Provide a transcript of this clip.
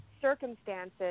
circumstances